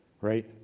right